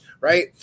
right